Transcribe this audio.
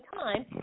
time